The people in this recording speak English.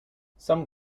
some